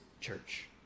church